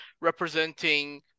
representing